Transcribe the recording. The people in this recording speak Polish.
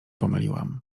pomyliłam